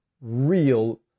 real